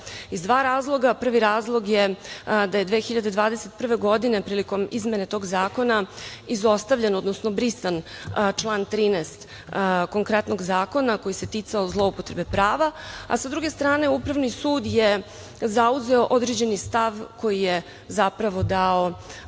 iz dva razloga. Prvi razlog je, da je 2021. godine prilikom izmene tog zakona izostavljen, odnosno brisan član 13. konkretnog zakona koji se ticao zloupotrebe prava. Sa druge strane upravni sud je zauzeo određeni stav koji je dao